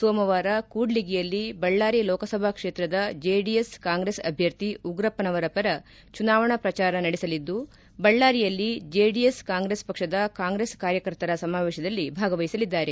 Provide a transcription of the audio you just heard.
ಸೋಮವಾರ ಕೂಡ್ಲಿಗಿಯಲ್ಲಿ ಬಳ್ಳಾರಿ ಲೋಕಸಭಾ ಕ್ಷೇತ್ರದ ಜೆಡಿಎಸ್ ಕಾಂಗ್ರೆಸ್ ಅಭ್ಯರ್ಥಿ ಉಗ್ರಪ್ಪ ನವರ ಪರ ಚುನಾವಣಾ ಪ್ರಜಾರ ನಡೆಸಲಿದ್ದುಬಳ್ಳಾರಿಯಲ್ಲಿ ಜೆಡಿಎಸ್ ಕಾಂಗ್ರೆಸ್ ಪಕ್ಷದ ಕಾಂಗ್ರೆಸ್ ಕಾರ್ಯಕರ್ತರ ಸಮಾವೇಶದಲ್ಲಿ ಭಾಗವಹಿಸಲಿದ್ದಾರೆ